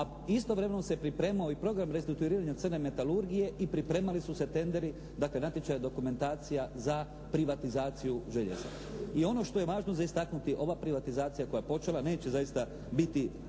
a istovremeno se pripremao i program restrukturiranja crne metalurgije i pripremali su se tenderi, dakle natječaj, dokumentacija za privatizaciju željezare. I ono što je važno za istaknuti. Ova privatizacija koja je počela neće zaista biti